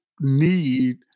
need